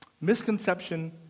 Misconception